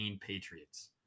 Patriots